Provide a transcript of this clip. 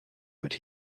but